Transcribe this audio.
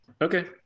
Okay